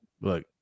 look